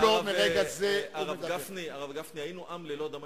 הלוואי שהייתי מקפיד על דברי התורה כמו